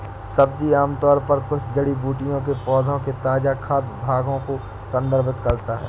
सब्जी आमतौर पर कुछ जड़ी बूटियों के पौधों के ताजा खाद्य भागों को संदर्भित करता है